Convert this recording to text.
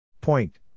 Point